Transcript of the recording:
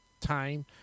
time